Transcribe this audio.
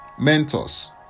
mentors